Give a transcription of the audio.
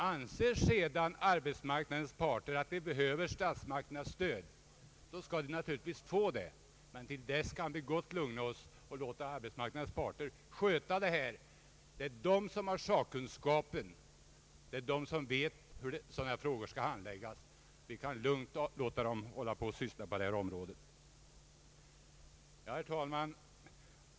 Anser sedan arbetsmarknadens parter att de behöver statsmakternas stöd, skall de naturligtvis få det. Men till dess kan vi gott lugna oss och låta arbetsmarknadens parter lösa dessa frågor. Det är de som har sakkunskapen och som vet hur sådana frågor skall handläggas. Herr talman!